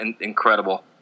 incredible